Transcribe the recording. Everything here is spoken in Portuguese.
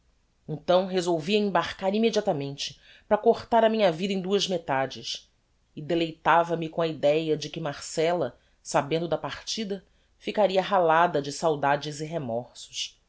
então resolvia embarcar immediatamente para cortar a minha vida em duas metades e deleitava me com a idéa de que marcella sabendo da partida ficaria ralada de saudades e remorsos